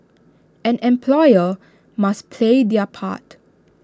and employers must play their part